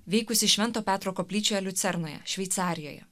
veikusi švento petro koplyčioje liucernoje šveicarijoje